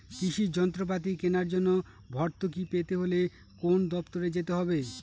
কৃষি যন্ত্রপাতি কেনার জন্য ভর্তুকি পেতে হলে কোন দপ্তরে যেতে হবে?